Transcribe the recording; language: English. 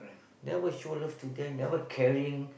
never show love to them never caring